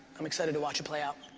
i'm excited to watch it play out,